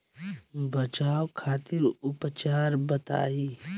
बचाव खातिर उपचार बताई?